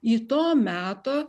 į to meto